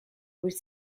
which